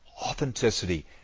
authenticity